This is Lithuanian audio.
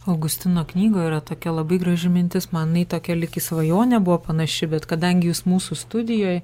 augustino knygo yra tokia labai graži mintis man jinai tokia lyg į svajonė buvo panaši bet kadangi jis mūsų studijoj